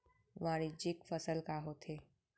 वाणिज्यिक फसल का होथे?